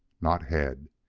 not head.